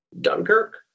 Dunkirk